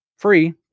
free